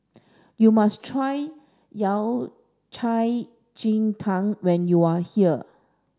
you must try Yao Cai Ji Tang when you are here